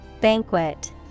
Banquet